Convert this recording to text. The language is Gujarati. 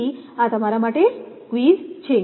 તેથીઆ તમારા માટે ક્વિઝ છે